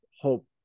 hope